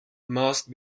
must